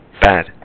bad